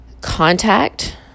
contact